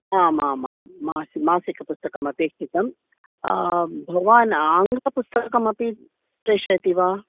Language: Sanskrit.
आम् आम् आम् मासिकपुस्तकम् अपेक्षितम् भवान् आङ्गलपुस्तकमपि प्रेषयति वा